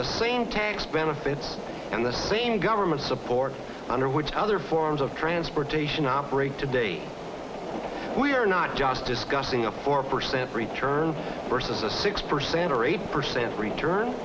the same tax benefits and the same government support under which other forms of transportation operate today we are not just discussing a four percent return vs a six percent or eight percent return